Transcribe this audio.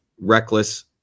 reckless